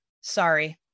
sorry